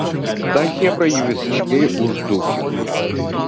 ta chebra jį visiškai uždūchino